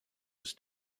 was